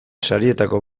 sarietako